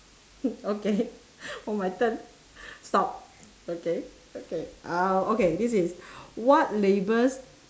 hmm okay oh my turn stop okay okay uh okay this is what labels